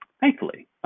thankfully